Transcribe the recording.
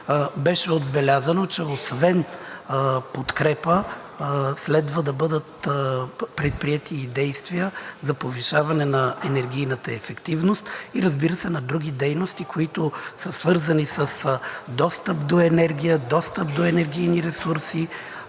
Беше отбелязано, че освен подкрепа, следва да бъдат предприети и действия за повишаване на енергийната ефективност и разбира се, на други дейности, които са свързани с достъп до енергия, достъп до енергийни ресурси,